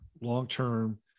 long-term